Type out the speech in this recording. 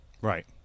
Right